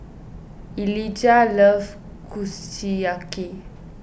Elijah loves Kushiyaki